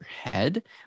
head